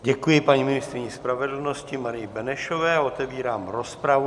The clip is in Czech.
Děkuji paní ministryni spravedlnosti Marii Benešové a otevírám rozpravu.